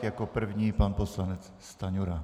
Jako první pan poslanec Stanjura.